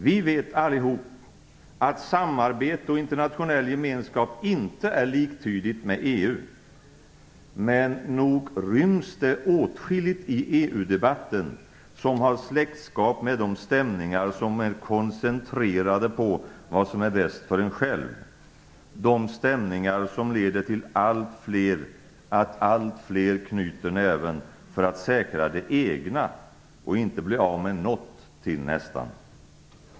Vi vet allihop att samarbete och internationell gemenskap inte är liktydigt med EU, men nog ryms det åtskilligt i EU-debatten som har släktskap med de stämningar som är koncentrerade på vad som är bäst för en själv, de stämningar som leder till att allt fler knyter näven för att säkra det egna och inte bli av med något till nästan.